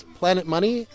planetmoney